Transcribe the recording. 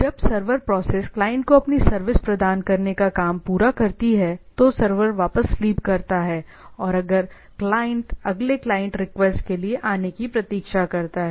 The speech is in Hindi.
जब सर्वर प्रोसेस क्लाइंट को अपनी सर्विस प्रदान करने का काम पूरा करती है तो सर्वर वापस स्लीप करता है और अगले क्लाइंट रिक्वेस्ट के आने की प्रतीक्षा करता है